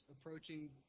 approaching